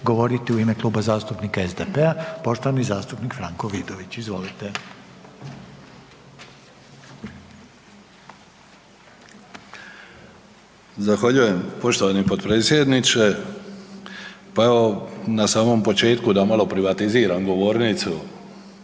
govoriti u ime Kluba zastupnika SDP-a, poštovani zastupnik Franko Vidović. Izvolite. **Vidović, Franko (SDP)** Zahvaljujem poštovani podpredsjedniče. Pa evo na samom početku da malo privatiziram govornicu,